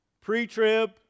pre-trib